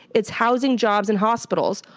it's housing, jobs and hospitals,